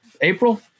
april